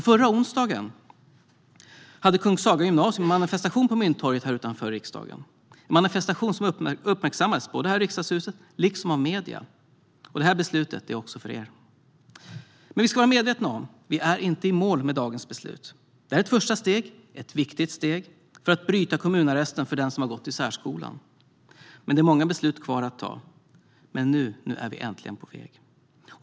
Förra onsdagen hade Kung Saga Gymnasium en manifestation på Mynttorget här utanför riksdagen. Den uppmärksammades både här i riksdagshuset och av medierna. Det här beslutet är också för er. Men vi ska vara medvetna om att vi inte är i mål med dagens beslut. Det är ett första steg, ett viktigt steg, för att bryta kommunarresten för den som har gått i särskolan. Det är många beslut kvar att ta, men nu är vi äntligen på väg.